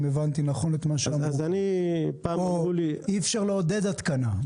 הבנתי נכון את מה שאמרו פה או אי אפשר לעודד התקנה.